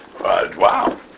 Wow